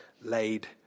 laid